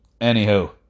Anywho